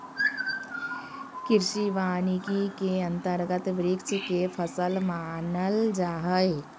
कृषि वानिकी के अंतर्गत वृक्ष के फसल मानल जा हइ